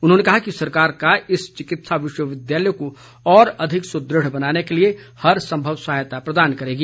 उन्होंने कहा कि सरकार इस चिकित्सा विश्वविद्यालय को और अधिक सुद्रढ़ बनाने के लिए हर संभव सहायता प्रदान करेगी